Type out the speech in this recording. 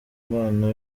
impano